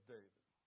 David